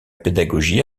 pédagogie